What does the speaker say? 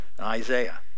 Isaiah